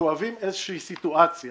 כואבים איזושהי סיטואציה